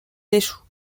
échouent